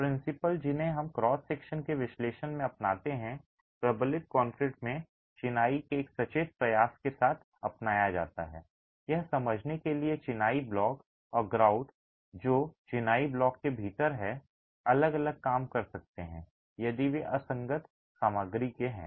principal जिन्हें हम cross section के विश्लेषण में अपनाते हैं प्रबलित कंक्रीट में चिनाई में एक सचेत प्रयास के साथ अपनाया जाता है यह समझने के लिए कि चिनाई ब्लॉक और ग्राउट जो चिनाई ब्लॉक के भीतर है अलग अलग काम कर सकते हैं यदि वे असंगत सामग्री के हैं